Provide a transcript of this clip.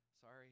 sorry